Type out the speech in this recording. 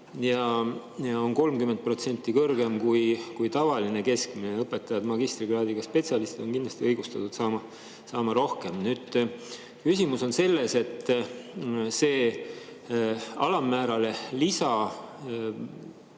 ja on 30% kõrgem kui tavaline keskmine. Õpetajad, magistrikraadiga spetsialistid, on kindlasti õigustatud saama rohkem. Küsimus on selles, et see alammäärale